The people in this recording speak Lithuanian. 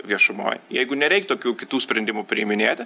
viešumoj jeigu nereik tokių kitų sprendimų priiminėti